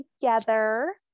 together